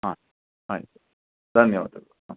ಹಾಂ ಆಯ್ತು ಧನ್ಯವಾದಗಳು ಹಾಂ